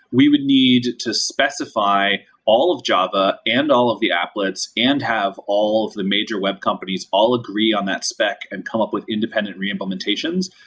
we would need to specify all java and all of the applets and have all of the major web companies all agree on that spec and come up with independent re-implementations,